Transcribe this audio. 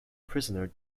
prisoner